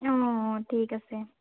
অঁ অঁ ঠিক আছে